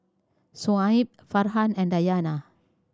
Shoaib Farhan and Dayana